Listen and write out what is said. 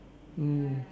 mm